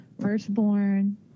firstborn